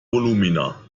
volumina